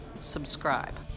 subscribe